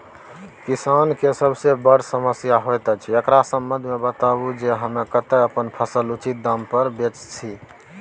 किसान के सबसे बर समस्या होयत अछि, एकरा संबंध मे बताबू जे हम कत्ते अपन फसल उचित दाम पर बेच सी?